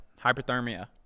hypothermia